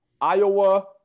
Iowa